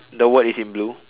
the word is in blue